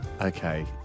Okay